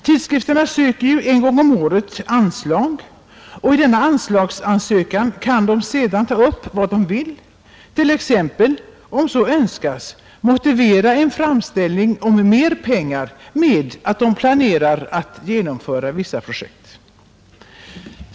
Tidskrifterna söker ju anslag en gång om året, och i denna anslagsansökan kan de ta upp vad de vill, t.ex. om så önskas motivera en framställning om mer pengar med att de planerar att genomföra vissa projekt.